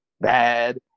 bad